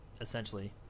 Essentially